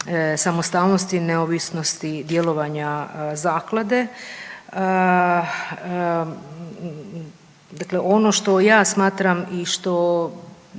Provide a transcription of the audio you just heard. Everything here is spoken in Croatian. samostalnosti i neovisnosti djelovanja zaklade. Dakle ono što ja smatram i što